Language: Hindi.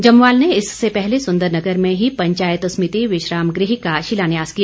जमवाल ने इससे पहले सुंदरनगर में ही पंचायत समिति विश्राम गृह का शिलान्यास किया